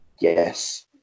yes